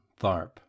Tharp